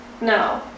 No